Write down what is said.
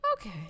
Okay